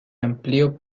amplió